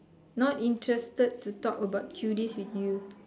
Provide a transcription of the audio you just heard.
not interested to talk about cuties with you